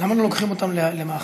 למה הם לא לוקחים אותם למאכל?